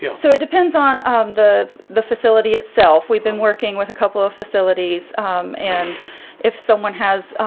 yeah so it depends on the the facility itself. we've been working with a couple of facilities and if someone has